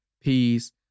peace